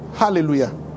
hallelujah